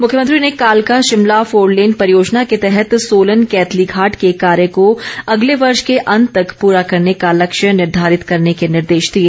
मुख्यमंत्री ने कालका शिमला फोरलेन परियोजना के तहत सोलन कैथलीघाट के कार्य को अगले वर्ष के अंत तैक पूरा करने का लक्ष्य निर्धारित करने के निर्देश दिए